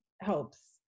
helps